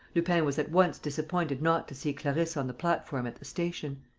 lupin was at once disappointed not to see clarisse on the platform at the station.